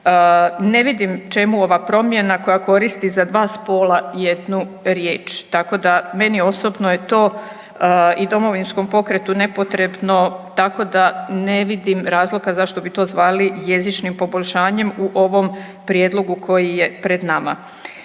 Ne vidim čemu ova promjena koja koristi za dva spola jednu riječ, tako da meni osobno je to i Domovinskom pokretu nepotrebno, tako da ne vidim razloga zašto bi to zvali jezičnim poboljšanjem u ovom prijedlogu koji je pred nama.